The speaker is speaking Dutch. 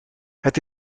het